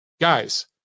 guys